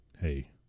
hey